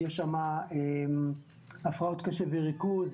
יש הפרעות קשב וריכוז.